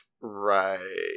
Right